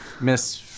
Miss